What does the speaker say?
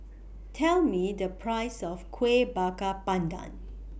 Tell Me The Price of Kueh Bakar Pandan